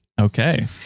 Okay